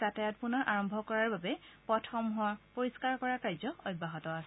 যাতায়াত পুনৰ আৰম্ভ কৰাৰ বাবে পথসমূহ পৰিষ্কাৰ কৰা কাৰ্য অব্যাহত আছে